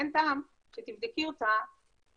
אין טעם שתבדקי אותה